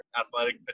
athletic